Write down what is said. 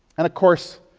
and of course,